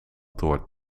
door